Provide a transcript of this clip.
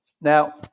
now